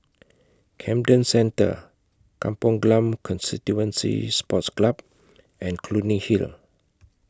Camden Centre Kampong Glam Constituency Sports Club and Clunny Hill